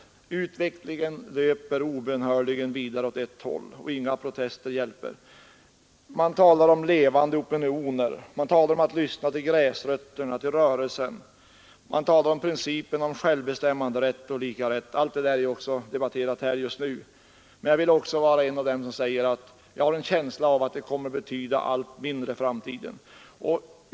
Utvecklingen löper obönhörligt vidare åt ett håll. Inga protester hjälper. Man talar om levande opinioner, om att lyssna till gräsrötterna, till rörelsen. Man talar om principen om självbestämmanderätt, likarätt och allt det där som varit uppe i debatten just nu. Men jag vill också vara en av dem som säger att jag har en känsla av att allt det där kommer att betyda allt mindre i framtiden.